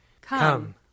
Come